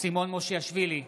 סימון מושיאשוילי,